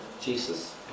Jesus